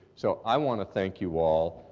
so i want to thank you all.